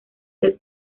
del